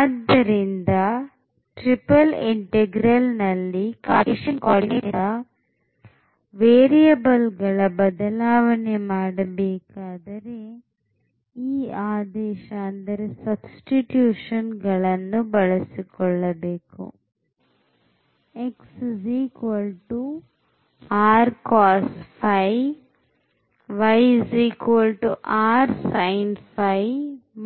ಆದ್ದರಿಂದ triple integral ನಲ್ಲಿ Cartesian coordinate ನಿಂದ ವೇರಿಯಬಲ್ ಗಳ ಬದಲಾವಣೆ ಮಾಡಬೇಕಾದರೆ ಈ ಆದೇಶ ಆದೇಶವನ್ನು ಬಳ ಬಳಸಿಕೊಳ್ಳಬೇಕು and ಮತ್ತು